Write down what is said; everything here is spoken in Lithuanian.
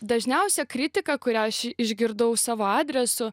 dažniausia kritika kurią aš išgirdau savo adresu